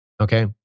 okay